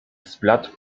zbladł